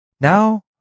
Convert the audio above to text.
Now